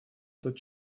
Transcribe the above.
тот